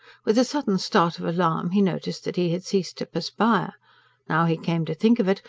with a sudden start of alarm he noticed that he had ceased to perspire now he came to think of it,